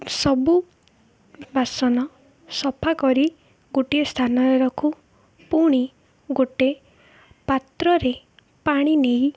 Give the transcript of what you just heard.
ସବୁ ବାସନ ସଫାକରି ଗୋଟିଏ ସ୍ଥାନରେ ରଖୁ ପୁଣି ଗୋଟେ ପାତ୍ରରେ ପାଣି ନେଇ